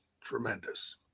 Tremendous